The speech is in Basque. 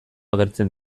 agertzen